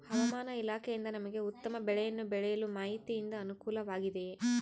ಹವಮಾನ ಇಲಾಖೆಯಿಂದ ನಮಗೆ ಉತ್ತಮ ಬೆಳೆಯನ್ನು ಬೆಳೆಯಲು ಮಾಹಿತಿಯಿಂದ ಅನುಕೂಲವಾಗಿದೆಯೆ?